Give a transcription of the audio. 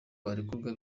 barekurwa